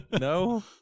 no